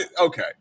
Okay